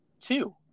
two